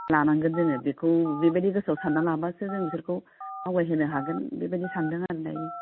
लानांगोन जोङो बेखौ बिबायदि गोसोआव सानना लाब्लासो जों बिसोरखौ आवगायहोनो हागोन बिबायदि सानदों आरो दायो